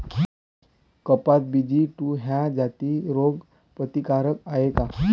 कपास BG two ह्या जाती रोग प्रतिकारक हाये का?